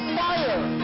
fire